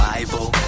Bible